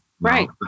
Right